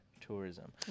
tourism